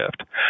shift